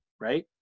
right